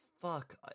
fuck